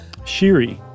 Shiri